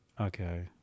Okay